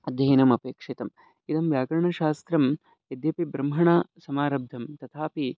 अध्ययनम् अपेक्षितम् इदं व्याकरणशास्त्रं यद्यपि ब्रह्मणा समारब्धं तथापि